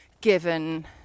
given